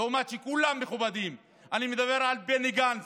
למרות שכולם מכובדים, אני מדבר על בני גנץ,